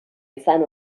izan